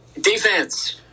Defense